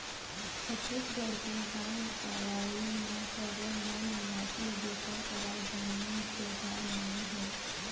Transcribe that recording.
छत्तीसगढ़ के गाँव गंवई म सब्बो मूल निवासी जेखर करा जमीन जघा नइ हे